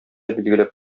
билгеләп